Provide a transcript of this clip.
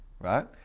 right